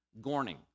Gorning